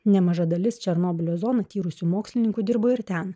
nemaža dalis černobylio zoną tyrusių mokslininkų dirbo ir ten